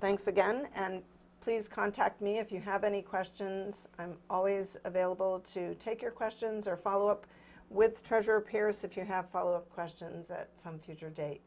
thanks again and please contact me if you have any questions i'm always available to take your questions or follow up with treasurer pierce if you have follow questions at some future date